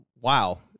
wow